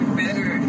better